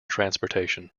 transportation